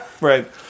Right